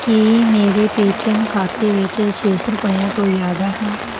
ਕੀ ਮੇਰੇ Paytm ਖਾਤੇ ਵਿੱਚ ਛੇ ਸੌ ਰੁਪਈਏ ਤੋਂ ਜ਼ਿਆਦਾ ਹੈ